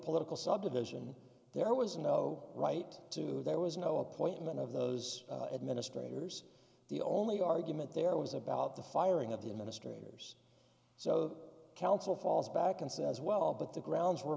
political subdivision there was no right to there was no appointment of those administrators the only argument there was about the firing of the administrators so the council falls back and says well but the grounds were